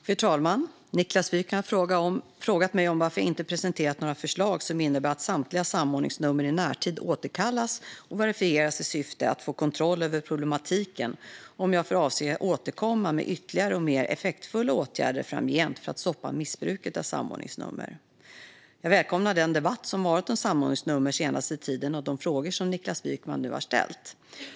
Fru talman! Niklas Wykman har frågat mig varför jag inte har presenterat några förslag som innebär att samtliga samordningsnummer i närtid återkallas och verifieras i syfte att få kontroll över problematiken och om jag har för avsikt att återkomma med ytterligare och mer effektfulla åtgärder framgent för att stoppa missbruket av samordningsnummer. Jag välkomnar den debatt som varit om samordningsnummer den senaste tiden och de frågor som Niklas Wykman nu har ställt.